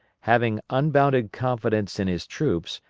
having unbounded confidence in his troops,